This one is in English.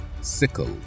sickle